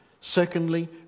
Secondly